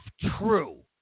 true